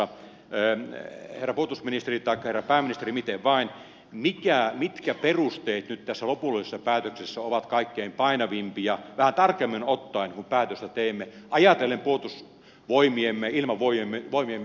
herra puolustusministeri taikka herra pääministeri miten vain mitkä perusteet nyt tässä lopullisessa päätöksessä ovat kaikkein painavimpia vähän tarkemmin ottaen kun päätöstä teemme ajatellen puolustusvoimiemme ilmavoimiemme suorituskykyä